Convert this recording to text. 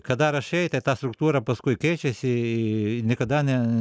kada rašai tai ta struktūra paskui keičiasi niekada ne